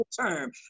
term